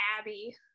abby